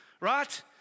Right